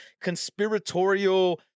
conspiratorial